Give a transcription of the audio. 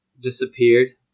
disappeared